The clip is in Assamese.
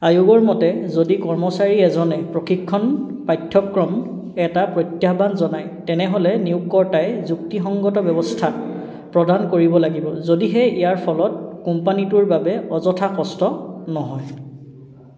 আয়োগৰ মতে যদি কৰ্মচাৰী এজনে প্ৰশিক্ষণ পাঠ্যক্ৰম এটা প্ৰত্যাহ্বান জনায় তেনেহ'লে নিয়োগকৰ্তাই যুক্তিসংগত ব্যৱস্থা প্ৰদান কৰিব লাগিব যদিহে ইয়াৰ ফলত কোম্পানীটোৰ বাবে অযথা কষ্ট নহয়